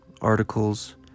articles